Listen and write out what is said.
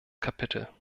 kapitel